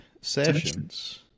sessions